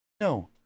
No